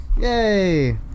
Yay